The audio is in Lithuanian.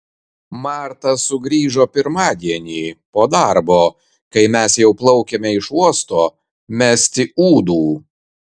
marta sugrįžo pirmadienį po darbo kai mes jau plaukėme iš uosto mesti ūdų